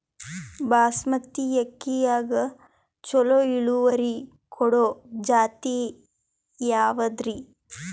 ಬಾಸಮತಿ ಅಕ್ಕಿಯಾಗ ಚಲೋ ಇಳುವರಿ ಕೊಡೊ ಜಾತಿ ಯಾವಾದ್ರಿ?